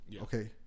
Okay